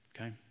okay